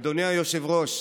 אדוני היושב-ראש,